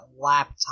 laptop